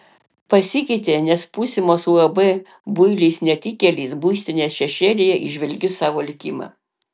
pasikeitė nes būsimos uab builis netikėlis būstinės šešėlyje įžvelgiu savo likimą